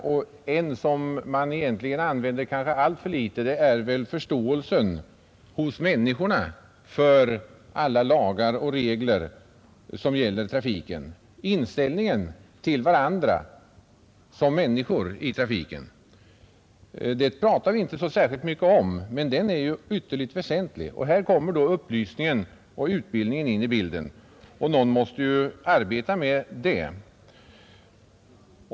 En väg som man kanske använder alltför litet av är att öka förståelsen hos människorna för alla lagar och regler som gäller trafiken, att förändra inställningen till varandra som människor i trafiken. Det pratar vi inte så särskilt mycket om, men det är ju ytterligt väsentligt. Här kommer då upplysningen och utbildningen in i bilden, och någon måste ju arbeta med det.